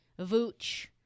Vooch